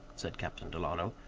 said captain delano,